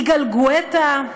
יגאל גואטה,